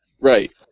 Right